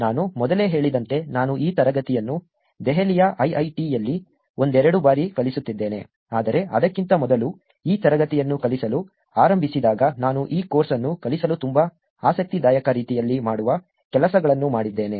ನಾನು ಮೊದಲೇ ಹೇಳಿದಂತೆ ನಾನು ಈ ತರಗತಿಯನ್ನು ದೆಹಲಿಯ ಐಐಐಟಿಯಲ್ಲಿ ಒಂದೆರಡು ಬಾರಿ ಕಲಿಸುತ್ತಿದ್ದೇನೆ ಆದರೆ ಅದಕ್ಕಿಂತ ಮೊದಲು ಈ ತರಗತಿಯನ್ನು ಕಲಿಸಲು ಆರಂಭಿಸಿದಾಗ ನಾನು ಈ ಕೋರ್ಸ್ ಅನ್ನು ಕಲಿಸಲು ತುಂಬಾ ಆಸಕ್ತಿದಾಯಕ ರೀತಿಯಲ್ಲಿ ಮಾಡುವ ಕೆಲಸಗಳನ್ನು ಮಾಡಿದ್ದೇನೆ